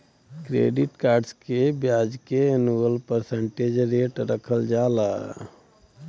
credit cards के ब्याज के एनुअल परसेंटेज रेट रखल जाला